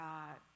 God